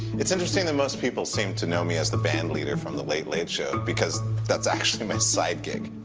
it's interesting that most people seem to know me as the band leader from the late, late show, because that's actually my side gig.